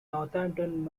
northampton